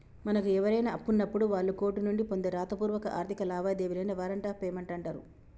మనకు ఎవరైనా అప్పున్నప్పుడు వాళ్ళు కోర్టు నుండి పొందే రాతపూర్వక ఆర్థిక లావాదేవీలనే వారెంట్ ఆఫ్ పేమెంట్ అంటరు